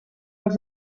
off